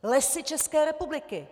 Lesy České republiky!